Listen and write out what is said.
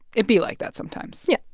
it be like that sometimes yeah,